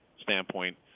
standpoint